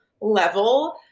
level